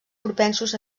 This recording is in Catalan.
propensos